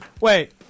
Wait